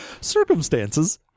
Circumstances